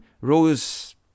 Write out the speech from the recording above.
rose